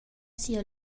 sia